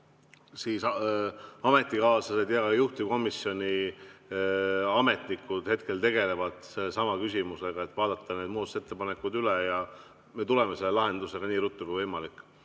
ametikaaslased ja ka juhtivkomisjoni ametnikud juba tegelevad selle küsimusega, et vaadata need muudatusettepanekud üle. Me tuleme selle lahendusega nii ruttu kui võimalik.